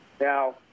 Now